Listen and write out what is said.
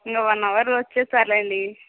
ఇంకో వన్ అవర్లో వచ్చేస్తారులెండి